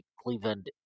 Cleveland